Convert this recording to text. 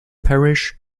parish